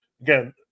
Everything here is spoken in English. again